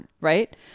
right